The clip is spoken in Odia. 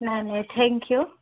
ନାଇ ନାଇ ଥ୍ୟାଙ୍କ୍ ୟୁ